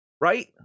Right